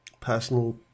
Personal